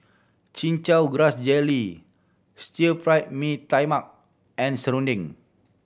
Chin Chow Grass Jelly Stir Fried Mee Tai Mak and serunding